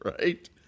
Right